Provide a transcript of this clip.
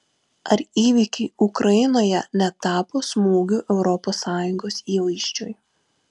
ar įvykiai ukrainoje netapo smūgiu europos sąjungos įvaizdžiui